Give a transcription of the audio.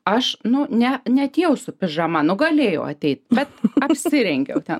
aš nu ne neatėjau su pižama nu galėjau ateit bet apsirengiau ten